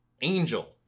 angel